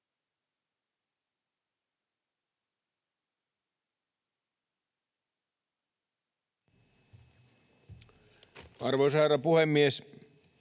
Arvoisa herra puhemies!